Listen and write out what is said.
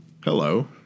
Hello